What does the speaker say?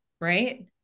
Right